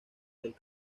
del